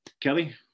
Kelly